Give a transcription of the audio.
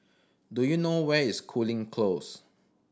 do you know where is Cooling Close